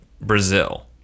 Brazil